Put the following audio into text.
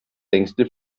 längste